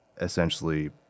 essentially